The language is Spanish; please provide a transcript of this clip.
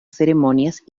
ceremonias